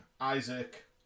Isaac